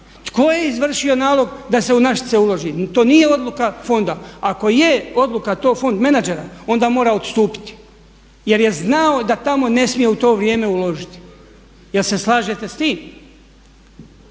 Tko je izvršio nalog da se u Našice uloži? To nije odluka fonda. Ako je odluka to fond menadžera onda mora odstupiti jer je znao da tamo ne smije u to vrijeme uložiti. Jel' se slažete s tim?